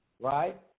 right